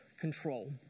control